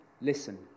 listen